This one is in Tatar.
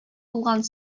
булган